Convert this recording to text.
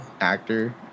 actor